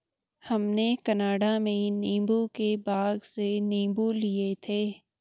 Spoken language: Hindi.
हमने कनाडा में नींबू के बाग से नींबू लिए थे